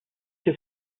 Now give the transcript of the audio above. się